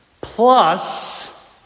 plus